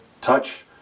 Touch